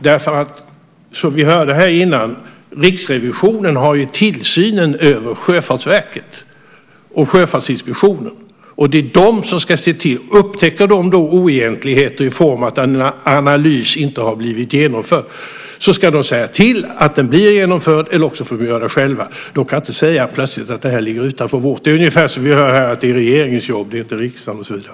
Som vi hörde tidigare har ju Riksrevisionen tillsynen över Sjöfartsverket och Sjöfartsinspektionen och ska se till detta. Om de upptäcker oegentligheter i form av att en analys inte har blivit genomförd ska de se till att den blir genomförd, eller också får de göra det själva. De kan inte plötsligt säga att detta ligger utanför deras område. Det är ungefär som vi hör här att det är regeringens jobb och inte riksdagens och så vidare.